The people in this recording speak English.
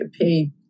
pay